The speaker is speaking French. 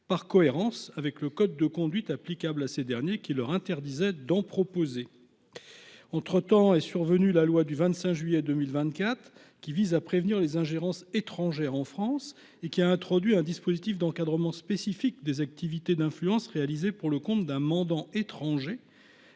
par cohérence avec le code de conduite applicable à ces derniers qui leur interdit cette pratique. Entre temps, la loi du 25 juillet 2024 visant à prévenir les ingérences étrangères en France a introduit un dispositif d’encadrement spécifique des activités d’influence réalisées pour le compte d’un mandant étranger,